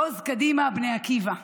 בעוז קדימה בני עקיבא,